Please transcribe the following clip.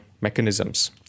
mechanisms